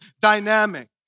dynamic